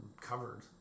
covered